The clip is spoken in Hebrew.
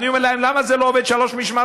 אני אומר להם: למה זה לא עובד שלוש משמרות?